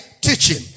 teaching